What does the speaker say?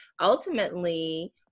ultimately